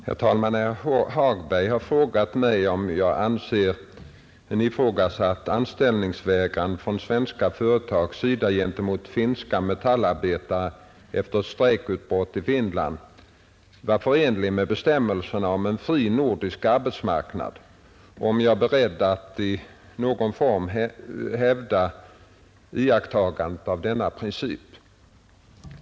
Herr talman! Herr Hagberg har frågat mig om jag anser en ifrågasatt anställningsvägran från svenska företags sida gentemot finska metallarbetare efter ett strejkutbrott i Finland vara förenlig med bestämmelserna om en fri nordisk arbetsmarknad och om jag är beredd att i någon form hävda iakttagandet av denna princip.